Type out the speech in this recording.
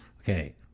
Okay